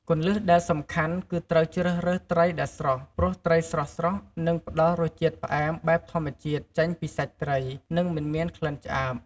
គន្លឹះដែលសំខាន់គឺត្រូវជ្រើសរើសត្រីដែលស្រស់ ព្រោះត្រីស្រស់ៗនឹងផ្តល់រសជាតិផ្អែមបែបធម្មជាតិចេញពីសាច់ត្រី និងមិនមានក្លិនឆ្អាប។